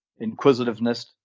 inquisitiveness